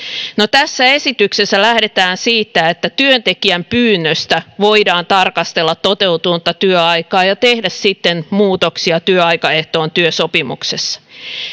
tässä esityksessä lähdetään siitä että työntekijän pyynnöstä voidaan tarkastella toteutunutta työaikaa ja tehdä sitten muutoksia työaikaehtoon työsopimuksessa